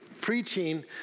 preaching